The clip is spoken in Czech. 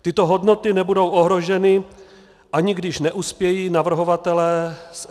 Tyto hodnoty nebudou ohroženy, ani když neuspějí navrhovatelé z SPD.